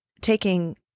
taking